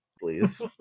please